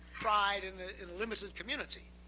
pride and ah in limited community.